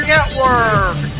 Network